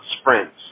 sprints